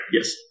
Yes